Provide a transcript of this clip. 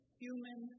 human